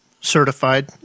certified